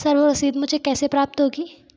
sir वह रसीद मुझे कैसे प्राप्त होगी